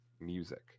music